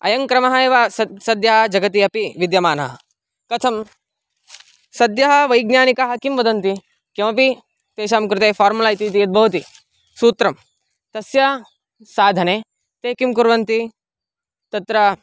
अयं क्रमः एव सः सद्यः जगति अपि विद्यमानः कथं सद्यः वैज्ञानिकाः किं वदन्ति किमपि तेषां कृते फ़ार्मुला इति यद्भवति सूत्रं तस्य साधने ते किं कुर्वन्ति तत्र